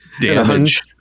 damage